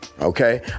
okay